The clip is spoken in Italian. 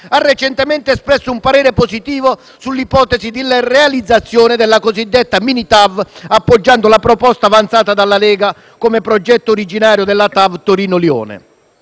ha recentemente espresso un parere positivo sull'ipotesi di realizzazione della cosiddetta mini TAV, appoggiando la proposta avanzata dalla Lega come progetto originario della TAV Torino-Lione.